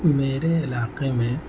میرے علاقے میں